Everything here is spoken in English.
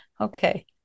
Okay